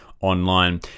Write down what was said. online